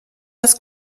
das